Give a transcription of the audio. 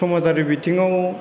समाजारि बिथिङाव